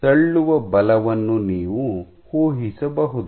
ತಳ್ಳುವ ಬಲವನ್ನು ನೀವು ಊಹಿಸಬಹುದು